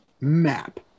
map